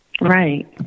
Right